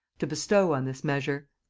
to bestow on this measure.